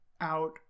out